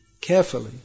carefully